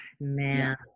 man